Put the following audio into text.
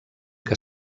que